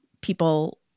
people